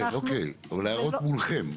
אוקיי, להערות מולכם.